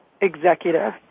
executive